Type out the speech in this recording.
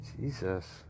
Jesus